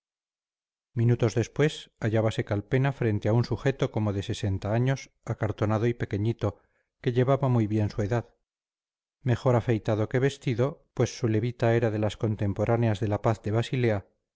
minutos después hallábase calpena frente a un sujeto como de sesenta años acartonado y pequeñito que llevaba muy bien su edad mejor afeitado que vestido pues su levita era de las contemporáneas de la paz de basilea